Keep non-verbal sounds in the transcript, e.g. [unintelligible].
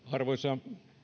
[unintelligible] arvoisa